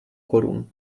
korun